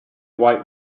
white